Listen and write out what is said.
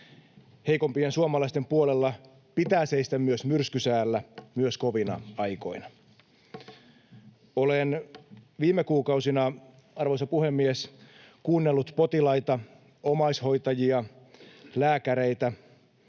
Heikompien suomalaisten puolella pitää seistä myös myrskysäällä, myös kovina aikoina. Olen viime kuukausina, arvoisa puhemies, kuunnellut potilaita, omaishoitajia, lääkäreitä,